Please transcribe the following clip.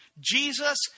Jesus